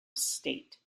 state